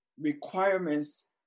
requirements